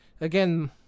again